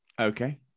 Okay